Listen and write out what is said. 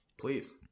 Please